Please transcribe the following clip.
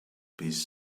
piece